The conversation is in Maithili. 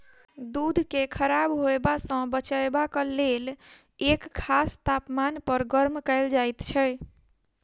दूध के खराब होयबा सॅ बचयबाक लेल एक खास तापमान पर गर्म कयल जाइत छै